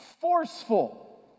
forceful